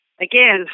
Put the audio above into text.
again